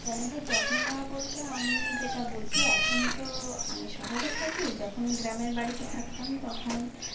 প্রাণীদের যত্ন নেওয়া বলতে আমি যেটা বুঝি এখন তো আমি শহরে থাকি যখন গ্রামের বাড়িতে থাকতাম তখন